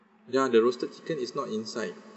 ya the roasted chicken is not inside